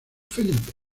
felipe